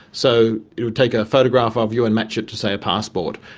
so it would take a photograph ah of you and match it to, say, a passport.